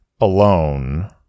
alone